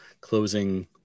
closing